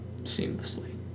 seamlessly